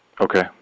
okay